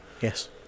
Yes